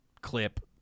clip